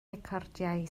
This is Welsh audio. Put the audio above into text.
recordiau